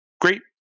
Great